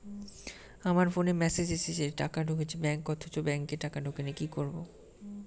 আমার ফোনে মেসেজ এসেছে টাকা ঢুকেছে ব্যাঙ্কে অথচ ব্যাংকে টাকা ঢোকেনি কি করবো?